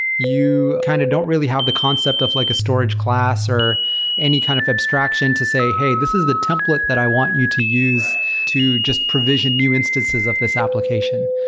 you kind of don't really have the concept of like a storage class or any kind of abstraction to say, hey, this is the template that i want you to use to just provision new instances of this application.